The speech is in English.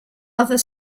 other